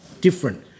different